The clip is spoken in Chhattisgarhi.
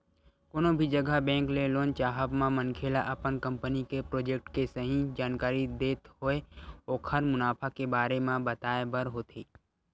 कोनो भी जघा बेंक ले लोन चाहब म मनखे ल अपन कंपनी के प्रोजेक्ट के सही जानकारी देत होय ओखर मुनाफा के बारे म बताय बर होथे